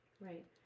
Right